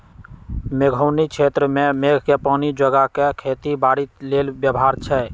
मेघोउनी क्षेत्र में मेघके पानी जोगा कऽ खेती बाड़ी लेल व्यव्हार छै